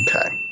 Okay